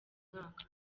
mwaka